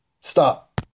stop